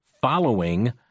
following